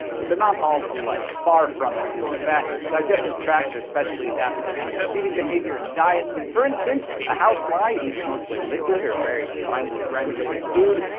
but they're not all alike. far from it. in fact, digestive tracts are specially adapted to animals' feeding behavior and diet. for instance, a house fly eats mostly liquid or very finely granulated food,